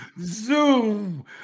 zoom